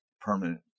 permanent